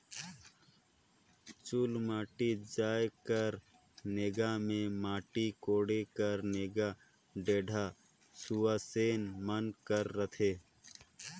चुलमाटी जाए कर नेग मे माटी कोड़े कर नेग ढेढ़ा सुवासेन मन कर रहथे